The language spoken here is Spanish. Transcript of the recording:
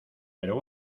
pero